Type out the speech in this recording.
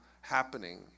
happening